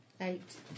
Eight